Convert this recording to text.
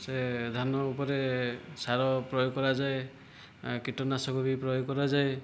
ସେ ଧାନ ଉପରେ ସାର ପ୍ରୟୋଗ କରାଯାଏ କୀଟନାଶକ ବି ପ୍ରୟୋଗ କରାଯାଏ